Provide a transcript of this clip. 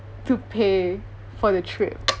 to pay for the trip